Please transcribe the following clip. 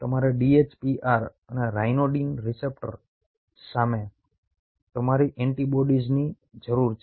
તમારે DHPR અને ryanodine receptors ryanodine receptor સામે તમારી એન્ટિબોડીઝની જરૂર છે